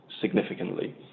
significantly